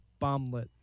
bomblet